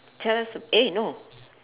tell us eh no